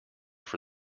for